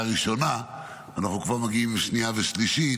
ראשונה ואנחנו כבר מגיעים לשנייה ושלישית,